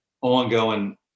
ongoing